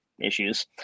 issues